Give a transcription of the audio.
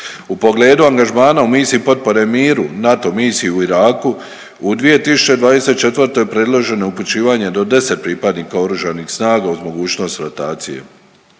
U pogledu angažmana u misiji potpore miru „NATO misiji u Iraku“ u 2024. predloženo je upućivanje do 10 pripadnika Oružanih snaga uz mogućnost rotacije.